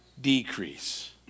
decrease